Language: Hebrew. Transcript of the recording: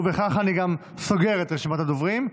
ובכך אני גם סוגר את רשימת הדוברים.